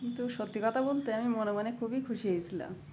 কিন্তু সত্যি কথা বলতে আমি মনে মনে খুবই খুশি হয়েছিলাম